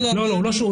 לא, הוא לא שנתיים.